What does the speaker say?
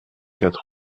quatre